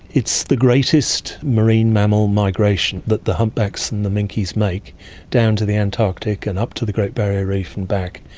it's the greatest marine mammal migration that the humpbacks and the minkes make down to the antarctic and up to the great barrier reef and back.